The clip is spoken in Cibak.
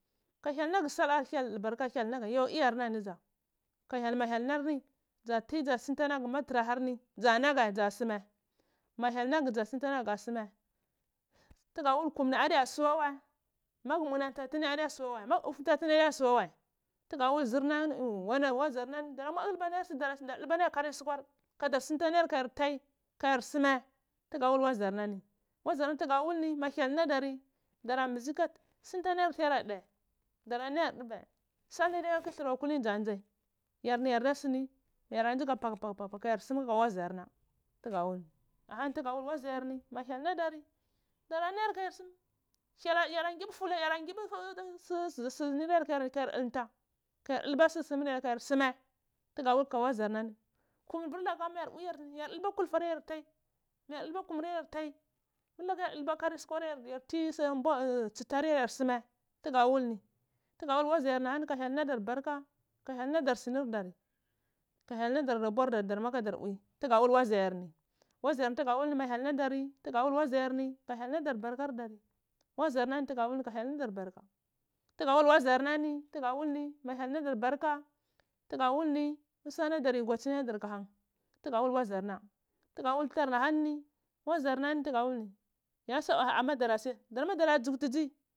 Ka hyel naga sal ho iyarna nɗiza ka hyel manar ni ɗza ti guma magu tara aivar nr ɗza nagu ɗza suma ma hyel naga ɗza suntan ka suma tuga wulkum ni aɗya suma wain am gu munanta tini ma auya suma wai tuga ufbe tina ma aɗiya suwa wai tuga wul waziyar anar mi ɗara tulba nagar su leav sutear ka ɗa suntan layer kaayar tai ka yar sum buga wool wazayarnami wazanani tuga wul no ma hyel naɗari ndari nɗana mbizi ka suntan loyar hagar dai satar ma kwa kilir wa ɗai salar ma kwa kilir wa ɗza nze yarni yarda sini yara nzi ka uniin ka your sum kaka waaɗziyaarna tuga wul at ama tuga wul waziyarni ma hyall naɗari dura nayar kayar sum yara ngibi sur sunar yar kayar ɗulɗa hayar ɗulɗa sur sumar yar kayar suma tuga hulk aga waziyarnumni kum virluka mayar bwi mayar ɗulba kulfar yar yar ɗhi mayar dulba kunuryar yar ntai virlaka yar ɗulba karisukuar yaar yar nti sutewar yar yar tsimai tuga wul nhi htuga wul waziyarni ahani ka hyel adar barka ka hyel ladar sinir dari ka hyel ladar sinir dari ka hyel ladar rabor aɗar ma kadar pwi tug awol waiyarni waziyarni tuga wul ni ma hyel leɗar barker dari wazar n ani tuga wui ni ka hyel laga barka tuga would waziyarnani ma hyel ladar burka tuga wul ni ka hyel guadi eini aladar usalaɗar kahan tuga wui wazar na tuga wul dutar jui